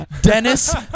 Dennis